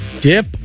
dip